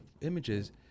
images